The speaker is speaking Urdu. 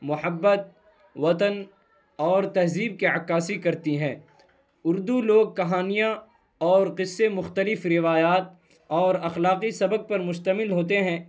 محبت وطن اور تہذیب کے عکاسی کرتی ہے اردو لوک کہانیاں اور قصے مختلف روایات اور اخلاقی سبق پر مشتمل ہوتے ہیں